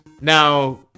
now